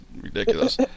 ridiculous